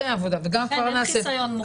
עבודה וגם --- לכן אין חיסיון מוחלט.